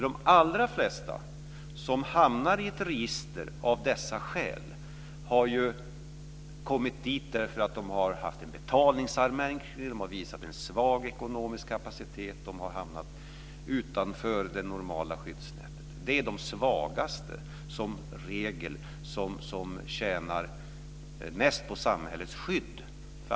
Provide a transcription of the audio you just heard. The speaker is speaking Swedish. De allra flesta som hamnar i ett register av dessa skäl har ju gjort det därför att de haft en betalningsanmärkning, visat en svag ekonomisk kapacitet eller hamnat utanför det normala skyddsnätet. Det är de svagaste, som regel, som tjänar mest på samhällets skydd.